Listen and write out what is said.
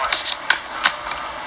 !wah! if you can err